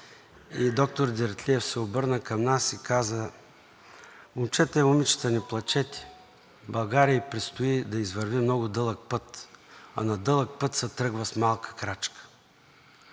Доктор Дертлиев се обърна към нас и каза: „Момчета и момичета, не плачете! На България ѝ предстои да извърви много дълъг път, а на дълъг път се тръгва с малка крачка.“